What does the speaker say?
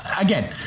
Again